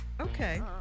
Okay